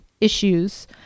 issues